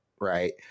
right